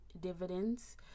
dividends